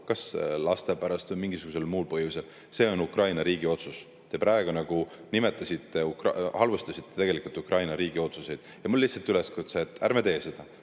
kas laste pärast või mingisugusel muul põhjusel. See on Ukraina riigi otsus. Te praegu halvustasite Ukraina riigi otsuseid ja mul on üleskutse: ärme teeme seda.